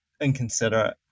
inconsiderate